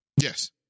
yes